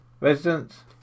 residents